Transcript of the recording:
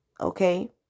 okay